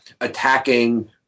attacking